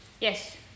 Yes